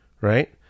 right